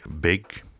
big